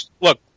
look